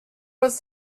was